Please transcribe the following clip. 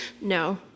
No